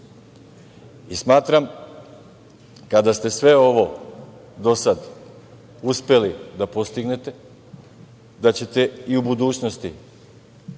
i smatram kada ste sve ovo do sada uspeli da postignete, da ćete i u budućnosti